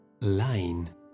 line